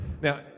Now